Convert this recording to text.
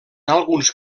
alguns